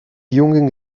jungen